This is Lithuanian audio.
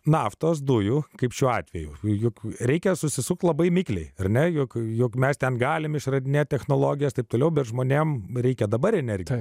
naftos dujų kaip šiuo atveju juk reikia susisukti labai mikliai ir ne juokai jog mes ten galime išradinėti technologijas taip toliau bet žmonėms reikia dabar energiją